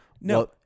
no